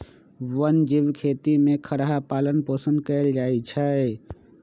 वन जीव खेती में खरहा पालन पोषण कएल जाइ छै